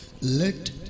Let